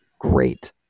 great